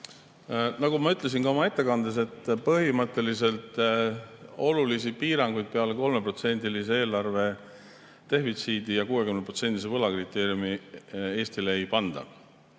Nagu ma ütlesin ka oma ettekandes, põhimõtteliselt olulisi piiranguid peale 3%-lise eelarve defitsiidi ja 60%-lise võla kriteeriumi Eestile ei panda.